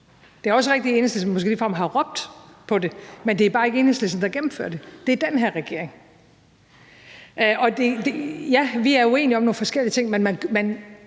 Det er også rigtigt, at Enhedslisten måske ligefrem har råbt på det. Men det er bare ikke Enhedslisten, der gennemfører det. Det er den her regering. Og ja, vi er uenige om nogle forskellige ting, men